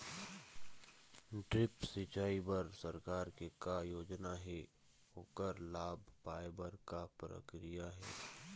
Drip सिचाई बर सरकार के का योजना हे ओकर लाभ पाय बर का प्रक्रिया हे?